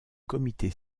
comité